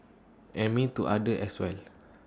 and mean to others as well